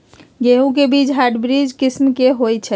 गेंहू के बीज हाइब्रिड किस्म के होई छई?